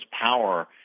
power